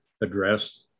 address